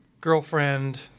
girlfriend